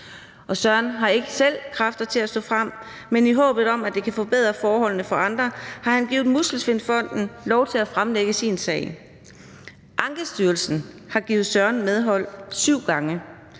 Søren har ikke selv kræfter til at stå frem, men i håbet om, at det kan forbedre forholdene for andre, har han givet Muskelsvindfonden lov til at fremlægge sin sag. Ankestyrelsen har givet Søren medhold syv gange.